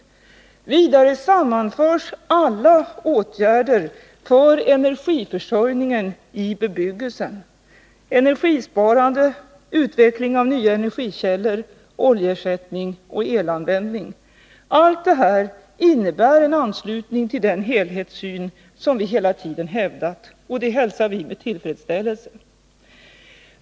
Vidare sammanförs alla åtgärder för energiförsörjningen i bebyggelsen: energisparande, utvecklingen av nya energikällor, oljeersättning och elanvändning. Allt detta innebär en anslutning till den helhetssyn som vi hela tiden hävdat. Det hälsar vi med tillfredsställelse.